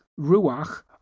ruach